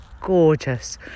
gorgeous